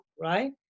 right